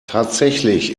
tatsächlich